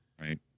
Right